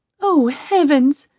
oh heavens,